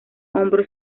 hombro